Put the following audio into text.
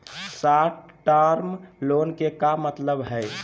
Short term loan के का मतलब हई?